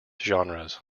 genres